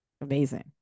Amazing